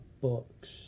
books